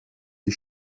die